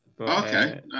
okay